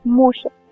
motion